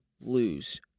lose